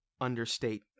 understate